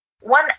One